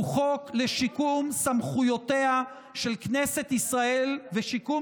הוא חוק לשיקום סמכויותיה של כנסת ישראל ושיקום